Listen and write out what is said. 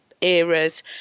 eras